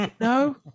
no